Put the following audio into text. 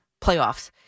playoffs